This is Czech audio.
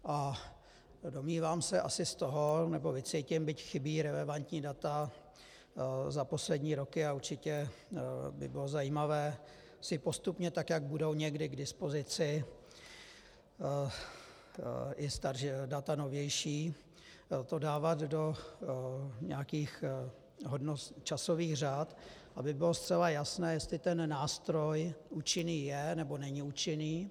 A domnívám se asi z toho, nebo vycítím, byť chybí relevantní data za poslední roky, a určitě by bylo zajímavé si postupně tak, jak budou někdy k dispozici i data novější, to dávat do nějakých časových řad, aby bylo zcela jasné, jestli ten nástroj účinný je, nebo není účinný.